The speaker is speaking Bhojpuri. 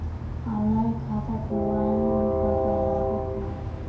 ऑनलाइन खाता खुलवावे मे का का लागत बा?